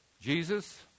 Jesus